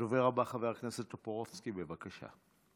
הדובר הבא, חבר הכנסת טופורובסקי, בבקשה.